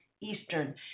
Eastern